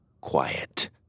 quiet